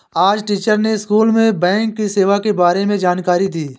आज टीचर ने स्कूल में बैंक की सेवा के बारे में जानकारी दी